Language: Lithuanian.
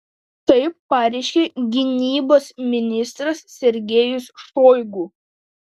tai pareiškė gynybos ministras sergejus šoigu